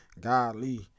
Golly